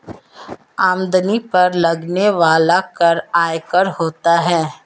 आमदनी पर लगने वाला कर आयकर होता है